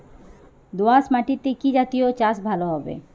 দোয়াশ মাটিতে কি জাতীয় চাষ ভালো হবে?